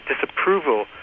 disapproval